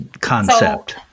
concept